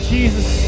Jesus